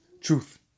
truth